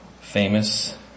famous